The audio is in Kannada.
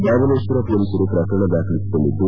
ಬಬಲೇಶ್ವರ ಮೊಲೀಸರು ಪ್ರಕರಣ ದಾಖಲಿಸಿಕೊಂಡಿದ್ದು